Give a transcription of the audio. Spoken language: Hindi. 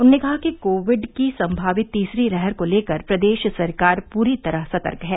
उन्होंने कहा कि कोविड की सम्भावित तीसरी लहर को लेकर प्रदेश सरकार पूरी तरह सतर्क है